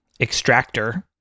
extractor